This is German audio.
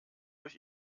mich